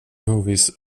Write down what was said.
movies